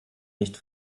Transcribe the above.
nicht